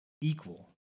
equal